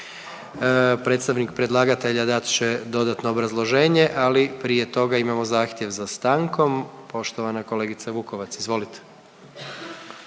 Predstavnik predlagatelja dat će dodatno obrazloženje, ali prije toga imamo zahtjev za stankom. Poštovana kolegice Vukovac, izvolite.